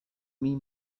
mean